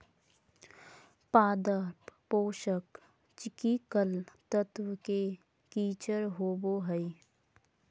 पादप पोषक चिकिकल तत्व के किचर होबो हइ